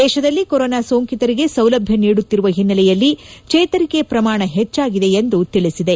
ದೇಶದಲ್ಲಿ ಕೊರೊನಾ ಸೋಂಕಿತರಿಗೆ ಸೌಲಭ್ಯ ನೀಡುತ್ತಿರುವ ಹಿನ್ನೆಲೆಯಲ್ಲಿ ಚೇತರಿಕೆ ಪ್ರಮಾಣ ಹೆಚ್ನಾಗಿದೆ ಎಂದು ತಿಳಿಸಿದೆ